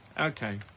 Okay